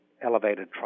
elevated